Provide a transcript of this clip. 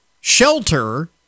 shelter